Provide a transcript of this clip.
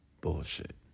Bullshit